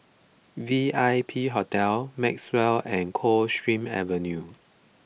V I P Hotel Maxwell and Coldstream Avenue